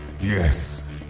yes